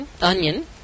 onion